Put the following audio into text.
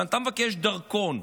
ואתה מבקש דרכון,